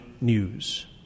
news